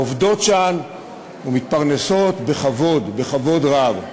עובדות שם ומתפרנסות בכבוד, בכבוד רב.